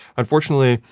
unfortunately,